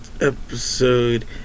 episode